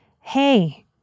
hey